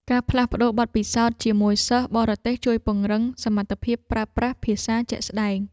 ការផ្លាស់ប្តូរបទពិសោធន៍ជាមួយសិស្សបរទេសជួយពង្រឹងសមត្ថភាពប្រើប្រាស់ភាសាជាក់ស្តែង។